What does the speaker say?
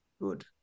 Good